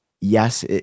yes